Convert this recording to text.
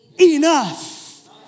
enough